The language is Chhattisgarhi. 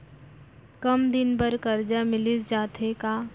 कम दिन बर करजा मिलिस जाथे का?